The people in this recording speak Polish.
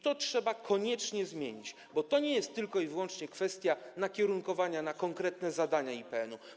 To trzeba koniecznie zmienić, bo to nie jest tylko i wyłącznie kwestia nakierunkowania na konkretne zadania IPN-u.